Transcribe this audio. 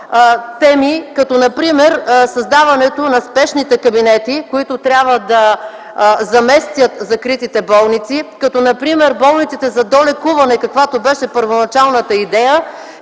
теми като например създаването на спешните кабинети, които трябва да заместят закритите болници, като например болниците за долекуване, каквато беше първоначалната идея,